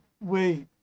Wait